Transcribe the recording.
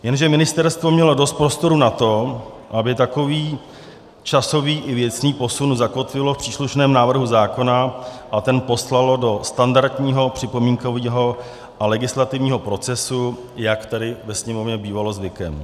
Jenže ministerstvo mělo dost prostoru na to, aby takový časový i věcný posun zakotvilo v příslušném návrhu zákona a ten poslalo do standardního připomínkového a legislativního procesu, jak tady ve Sněmovně bývalo zvykem.